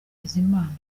bizimana